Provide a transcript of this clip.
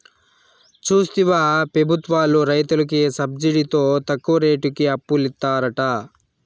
చూస్తివా పెబుత్వాలు రైతులకి సబ్సిడితో తక్కువ రేటుకి అప్పులిత్తారట